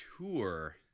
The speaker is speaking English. Tour